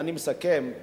אני מסכם.